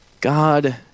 God